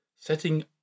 setting